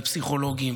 לפסיכולוגים